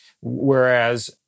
Whereas